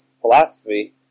philosophy